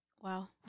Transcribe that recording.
Wow